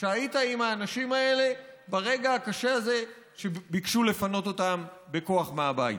שהיית עם האנשים האלה ברגע הקשה הזה שביקשו לפנות אותם בכוח מהבית.